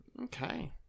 okay